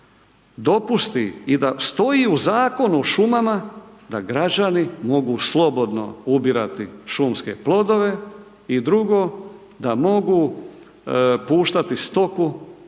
dopusti i da stoji u Zakonu o šumama da građani mogu slobodno ubirati šumske plodove i drugo, da mogu puštati stoku